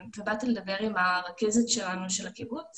באתי לדבר עם הרכזת שלנו של הקיבוץ